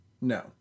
No